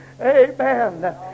amen